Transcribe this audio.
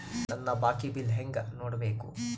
ನನ್ನ ಬಾಕಿ ಬಿಲ್ ಹೆಂಗ ನೋಡ್ಬೇಕು?